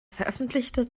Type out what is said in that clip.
veröffentlichte